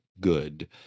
good